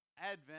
Advent